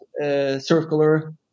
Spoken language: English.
circular